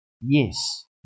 yes